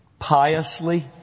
piously